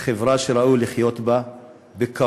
תהיה חברה שראוי לחיות בה בכבוד